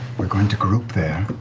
we're going to group there,